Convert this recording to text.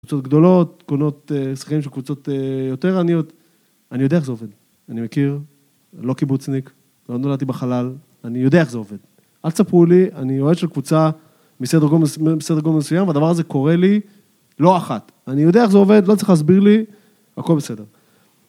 קבוצות גדולות, קונות שחקנים של קבוצות יותר עניות, אני יודע איך זה עובד, אני מכיר, אני לא קיבוצניק, לא נולדתי בחלל, אני יודע איך זה עובד. אל תספרו לי, אני אוהב של קבוצה מסדר גודל מסוים, והדבר הזה קורה לי לא אחת. אני יודע איך זה עובד, לא צריך להסביר לי, הכל בסדר.